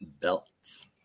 belts